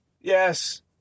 Yes